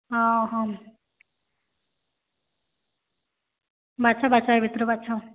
ହଁ ହଁ ବାଛ ବାଛ ଏ ଭିତ୍ରୁ ବାଛ